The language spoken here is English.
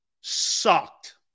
Sucked